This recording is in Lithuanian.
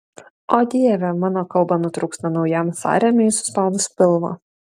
o dieve mano kalba nutrūksta naujam sąrėmiui suspaudus pilvą